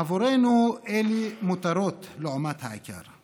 עבורנו אלה מותרות לעומת העיקר.